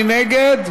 מי נגד?